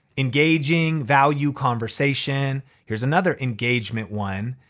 engaging value conversation. here's another engagement one,